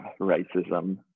racism